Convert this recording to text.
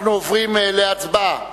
אנחנו עוברים להצבעה.